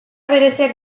bereziak